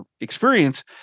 experience